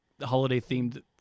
holiday-themed